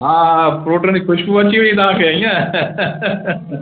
हा हा फ्रूटनि जी ख़ूशबू अची वई तव्हां खे ईअं